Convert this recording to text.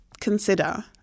consider